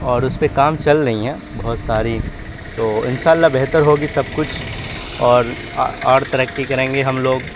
اور اس پہ کام چل رہی ہیں بہت ساری تو ان شاء اللہ بہتر ہوگی سب کچھ اور اور ترقی کریں گے ہم لوگ